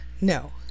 No